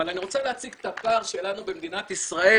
אבל אני רוצה להציג את הפער שלנו במדינת ישראל